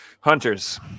Hunters